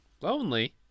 Lonely